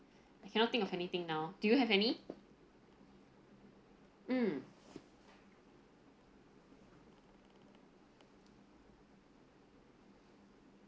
I cannot think of anything now do you have any mm